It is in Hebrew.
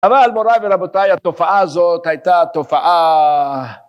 אבל מוריי ורבותיי התופעה הזאת הייתה תופעה